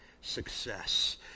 success